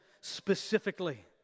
specifically